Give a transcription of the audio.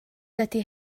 dydy